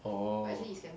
orh